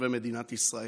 תושבי מדינת ישראל,